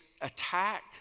attack